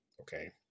okay